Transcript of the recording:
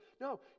No